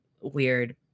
weird